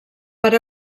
per